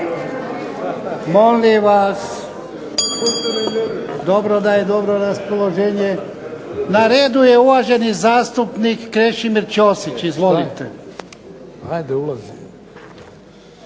Molim vas, dobro da je dobro raspoloženje. Na redu je uvaženi zastupnik Krešimir Ćosić. Izvolite. **Ćosić,